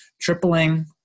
tripling